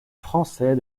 français